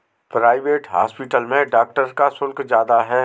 private hospital में doctor का शुल्क ज्यादा है